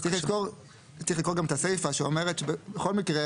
צריך לזכור גם את הסיפה שאומרת שבכל מקרה